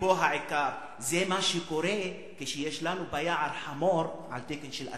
ופה העיקר: זה מה שקורה כשיש לנו ביער חמור על תקן של אריה.